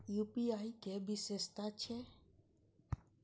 UPI के कि विषेशता छै?